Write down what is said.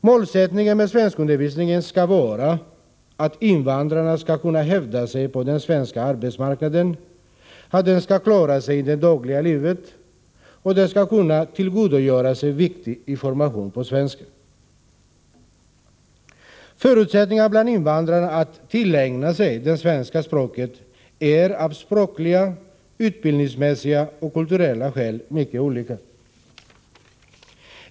Målsättningen med svenskundervisningen skall vara att invandrarna skall kunna hävda sig på den svenska arbetsmarknaden, att de skall klara sig i det dagliga livet och att de skall kunna tillgodogöra sig viktig information på svenska. Förutsättningarna bland invandrarna att tillägna sig det svenska språket är av språkliga, utbildningsmässiga och kulturella skäl mycket olika.